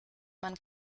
man